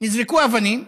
נזרקו אבנים,